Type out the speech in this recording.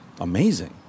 amazing